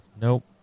Nope